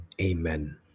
Amen